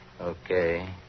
Okay